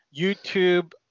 YouTube